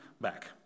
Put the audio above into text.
back